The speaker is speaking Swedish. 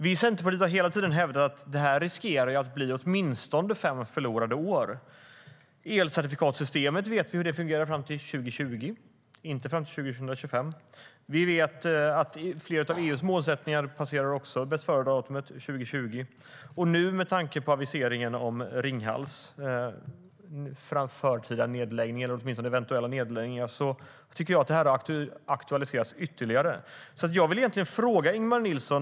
Vi i Centerpartiet har hela tiden hävdat att det riskerar att bli åtminstone fem förlorade år. Elcertifikatssystemet vet vi hur det fungerar fram till 2020, inte fram till 2025. Vi vet att flera av EU:s målsättningar också passerar bästföredatum 2020. Aviseringen om Ringhals eventuella nedläggning innebär att detta aktualiseras ytterligare. Jag vill ställa en fråga till Ingemar Nilsson.